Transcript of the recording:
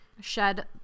shed